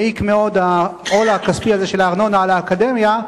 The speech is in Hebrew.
מעיק מאוד העול הכספי הזה של הארנונה על האקדמיה,